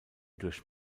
durch